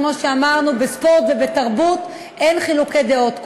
כמו שאמרנו, בספורט ובתרבות אין חילוקי דעות.